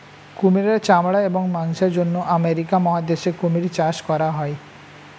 কুমিরের চামড়া এবং মাংসের জন্য আমেরিকা মহাদেশে কুমির চাষ করা হয়